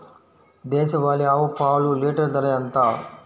దేశవాలీ ఆవు పాలు లీటరు ధర ఎంత?